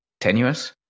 tenuous